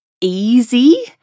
easy